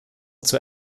zur